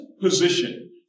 position